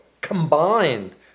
combined